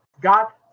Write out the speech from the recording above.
got